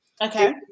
okay